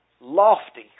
lofty